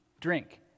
drink